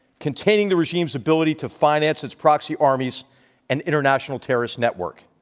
containing the regime's ability to finance its proxy armies and international terrorist network.